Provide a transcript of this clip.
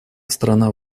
страна